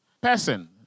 person